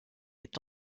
est